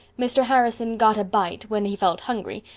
mr. harrison got a bite when he felt hungry,